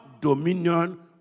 Dominion